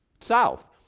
South